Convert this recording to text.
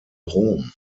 rom